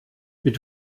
mit